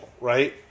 Right